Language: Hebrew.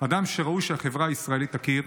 אדם שראוי שהחברה הישראלית תכיר.